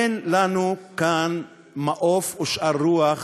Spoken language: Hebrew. אין לנו כאן מעוף ושאר רוח